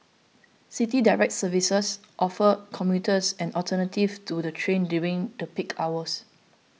City Direct services offer commuters an alternative to the train during the peak hours